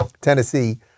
Tennessee